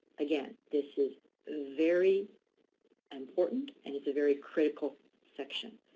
again, this is very important, and it's a very critical section.